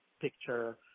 picture